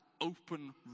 open